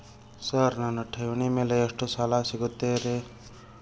Sir ನನ್ನ ಠೇವಣಿ ಮೇಲೆ ಎಷ್ಟು ಸಾಲ ಸಿಗುತ್ತೆ ರೇ?